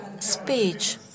speech